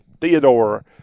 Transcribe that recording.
Theodore